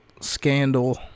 scandal